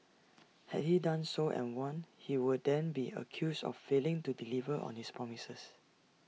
had he done so and won he would then be accused of failing to deliver on his promises